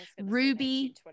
Ruby